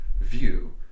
view